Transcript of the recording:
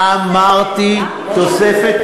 אמרתי "תוספת".